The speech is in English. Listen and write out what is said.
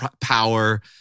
power